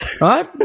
Right